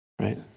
right